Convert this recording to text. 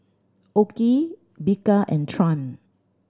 OKI Bika and Triumph